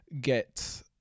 get